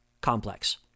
complex